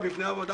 בקשה.